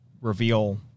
reveal